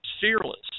fearless